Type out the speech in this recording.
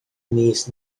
mis